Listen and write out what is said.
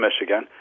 Michigan